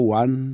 one